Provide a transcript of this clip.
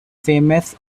famous